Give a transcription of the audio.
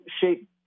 shape